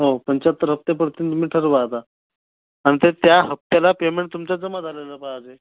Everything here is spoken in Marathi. हो पंचाहत्तर हप्ते पडतील तुम्ही ठरवा आता आणि ते त्या हप्त्याला पेमेंट तुमचा जमा झालेला पाहिजे